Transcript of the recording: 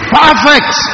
perfect